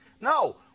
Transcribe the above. No